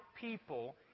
people